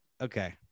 okay